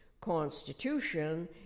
constitution